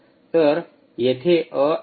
तर येथे अ एपचा संदर्भ आहे